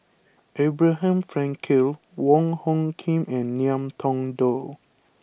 Abraham Frankel Wong Hung Khim and Ngiam Tong Dow